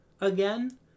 again